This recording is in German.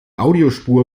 audiospur